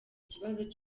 ikibazo